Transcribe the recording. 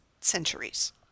centuries